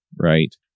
right